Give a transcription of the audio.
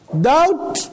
Doubt